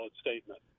statement